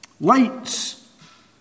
Lights